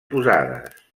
posades